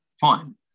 fine